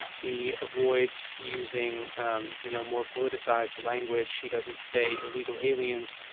he avoids using um you know more politicized language. he doesn't say illegal aliens.